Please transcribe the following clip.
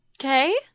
okay